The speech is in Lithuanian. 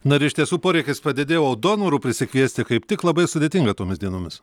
na ir iš tiesų poreikis padidėja o donorų prisikviesti kaip tik labai sudėtinga tomis dienomis